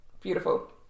Beautiful